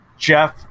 Jeff